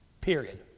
period